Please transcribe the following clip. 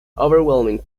overwhelming